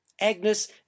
Agnes